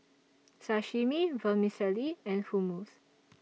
Sashimi Vermicelli and Hummus